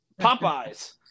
Popeyes